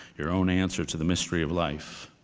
your own answer to the mystery of life?